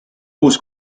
uus